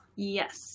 Yes